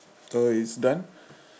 so it's done